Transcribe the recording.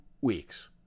weeks